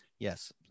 Yes